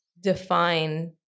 define